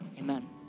Amen